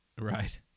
right